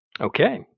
Okay